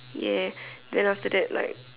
ya then after that like